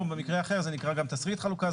במקרה אחר זה גם נקרא גם "תשריט חלוקה".